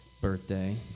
birthday